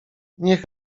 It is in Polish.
niech